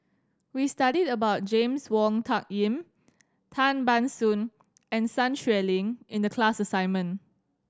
we studied about James Wong Tuck Yim Tan Ban Soon and Sun Xueling in the class assignment